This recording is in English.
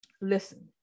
Listen